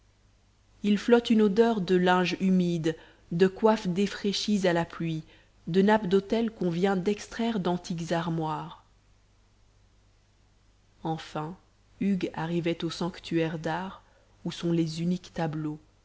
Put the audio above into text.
il flotte une odeur de linge humide de coiffes défraîchies à la pluie de nappes d'autel qu'on vient d'extraire d'antiques armoires enfin hugues arrivait au sanctuaire d'art où sont les uniques tableaux